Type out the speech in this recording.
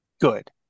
Good